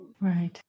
Right